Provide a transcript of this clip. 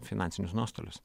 finansinius nuostolius